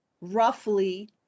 roughly